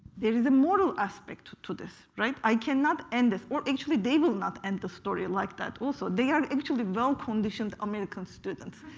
there is a moral aspect to this, right? i cannot end this or actually they will not end the story like that also. they are actually well-conditioned american students.